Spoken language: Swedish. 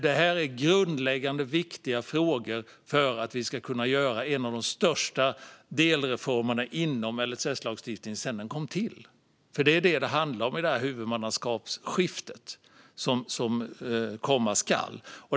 Det här är grundläggande och viktiga frågor för att vi ska kunna göra en av de största delreformerna inom LSS sedan den kom till. Det är vad det handlar om i det här huvudmannaskapsskiftet som komma skall.